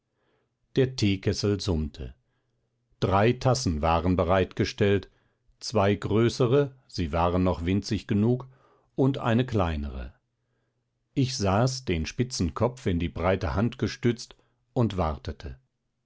der teekessel summte drei tassen waren bereitgestellt zwei größere sie waren noch winzig genug und eine kleinere ich saß den spitzen kopf in die breite hand gestützt und wartete